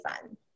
fun